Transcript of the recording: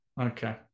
Okay